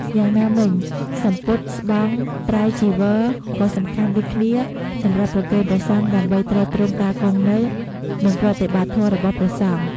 យ៉ាងណាមិញ សំពត់ ស្បង់ ត្រៃចីវរ ក៏សំខាន់ដូចគ្នាសម្រាប់ប្រគេនព្រះសង្ឃដើម្បីទ្រទ្រង់ការគង់នៅ និងប្រតិបត្តិធម៌របស់ព្រះសង្ឃ។